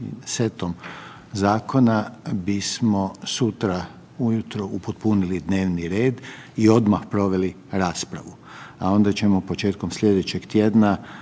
setom zakona bismo sutra ujutro upotpunili dnevni red i odmah proveli raspravu, a onda ćemo početkom slijedećeg tjedna